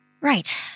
Right